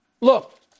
Look